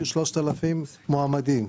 והיו 3,000 מועמדים.